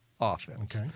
offense